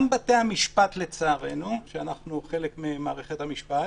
גם בתי המשפט לצערנו, כשאנחנו חלק ממערכת המשפט,